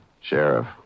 Sheriff